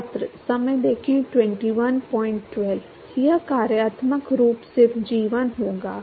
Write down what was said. छात्र यह कार्यात्मक रूप सिर्फ g1 होगा